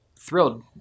thrilled